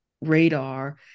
radar